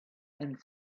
and